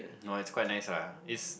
no it's quite nice lah it's